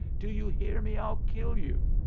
do you hear me? i'll kill you.